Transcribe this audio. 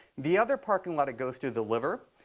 the other parking lot, it goes through the liver.